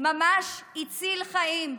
ממש הציל חיים,